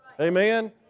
Amen